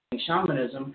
shamanism